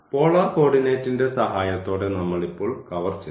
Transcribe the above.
polar കോർഡിനേറ്റിന്റെ സഹായത്തോടെ നമ്മൾ ഇപ്പോൾ കവർ ചെയ്യണം